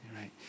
right